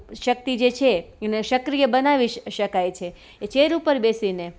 શક્તિ જે છે એને સક્રિય બનાવી શકાય છે ચેર ઉપર બેસીને